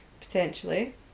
Potentially